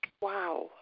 Wow